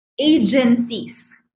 agencies